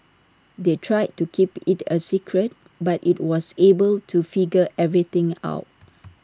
they tried to keep IT A secret but he was able to figure everything out